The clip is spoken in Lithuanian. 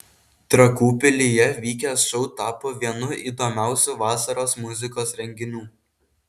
trakų pilyje vykęs šou tapo vienu įdomiausių vasaros muzikos renginių